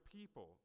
people